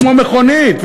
כמו מכונית,